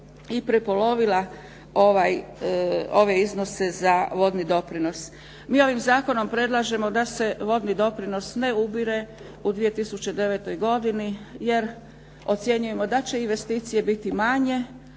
i prepolovila ove iznose za vodni doprinos. Mi ovim zakonom predlažemo da se vodi doprinos ne ubire u 2009. godini jer ocjenjujemo da će investicije biti manje